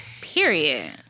Period